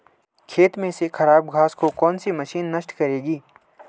खेत में से खराब घास को कौन सी मशीन नष्ट करेगी?